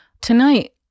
Tonight